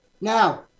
Now